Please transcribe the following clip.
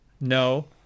no